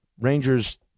Rangers